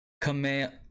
Command